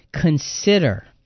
Consider